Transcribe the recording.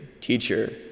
teacher